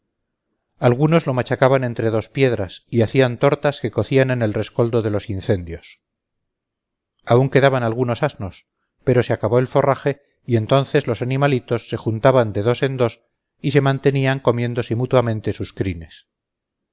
algunos lo machacaban entre dos piedras y hacían tortas que cocían en el rescoldo de los incendios aún quedaban algunos asnos pero se acabó el forraje y entonces los animalitos se juntaban de dos en dos y se mantenían comiéndose mutuamente sus crines